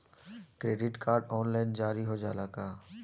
Credit card online जारी हो जाला का?